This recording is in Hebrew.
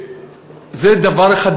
זה רק דבר אחד,